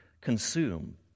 consume